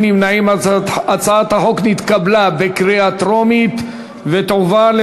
ההצעה להעביר את הצעת חוק הביטוח הלאומי (תיקון,